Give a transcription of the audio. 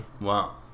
Wow